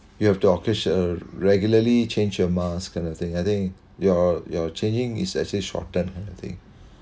you have to just uh regularly change your mask kind of thing I think you're you're changing is actually shorten I think